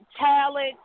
talent